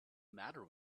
matter